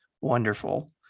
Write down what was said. wonderful